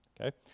Okay